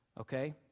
okay